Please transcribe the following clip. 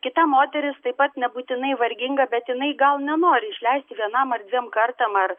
kita moteris taip pat nebūtinai varginga bet jinai gal nenori išleisti vienam ar dviem kartam ar